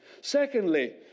Secondly